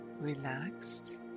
relaxed